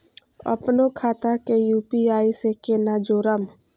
अपनो खाता के यू.पी.आई से केना जोरम?